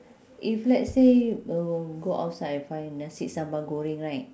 if let's say uh go outside find nasi sambal goreng right